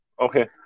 Okay